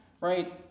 right